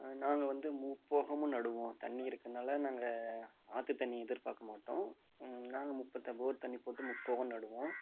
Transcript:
நாங்கள் வந்து முப்போகமும் நடுவோம் தண்ணி இருக்கிறதுனால நாங்கள் ஆற்று தண்ணி எதிர்பார்க்கமாட்டோம் நாங்கள் போர் தண்ணி போட்டு முப்போகம் நடுவோம்